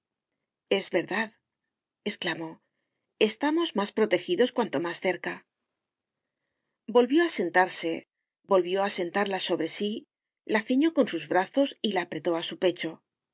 es verdad exclamó estamos más protegidos cuanto más cerca volvió a sentarse volvió a sentarla sobre sí la ciñó con sus brazos y la apretó a su pecho